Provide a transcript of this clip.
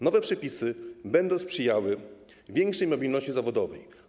Nowe przepisy będą sprzyjały większej mobilności zawodowej.